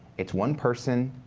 it's one person,